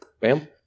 bam